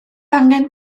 angen